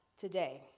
today